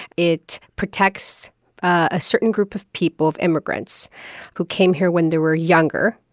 it protects a certain group of people of immigrants who came here when they were younger,